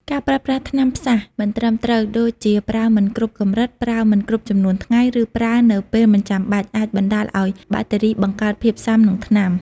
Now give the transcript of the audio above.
ការប្រើប្រាស់ថ្នាំផ្សះ មិនត្រឹមត្រូវ ដូចជាប្រើមិនគ្រប់កម្រិត ប្រើមិនគ្រប់ចំនួនថ្ងៃ ឬប្រើនៅពេលមិនចាំបាច់ អាចបណ្ដាលឱ្យបាក់តេរីបង្កើតភាពស៊ាំនឹងថ្នាំ។